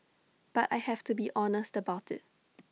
but I have to be honest about IT